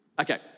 Okay